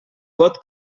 pot